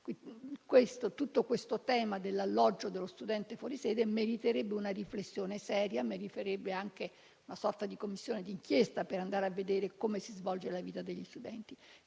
Tutto il tema dell'alloggio dello studente fuori sede meriterebbe una riflessione seria e una sorta di Commissione d'inchiesta per monitorare come si svolge la vita degli studenti.